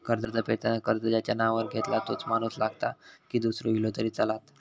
कर्ज फेडताना कर्ज ज्याच्या नावावर घेतला तोच माणूस लागता की दूसरो इलो तरी चलात?